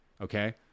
Okay